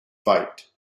fight